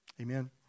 Amen